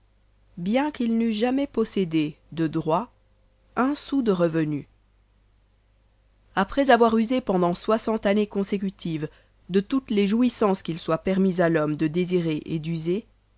bien qu'il n'eût jamais possédé de droit un sou de revenu après avoir usé pendant soixante années consécutives de toutes les jouissances qu'il soit permis à l'homme de désirer et d'user